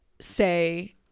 say